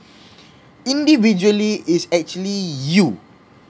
individually it's actually you